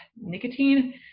nicotine